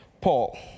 Paul